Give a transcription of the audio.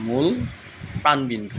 মূল প্ৰাণবিন্দু